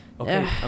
Okay